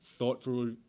Thoughtful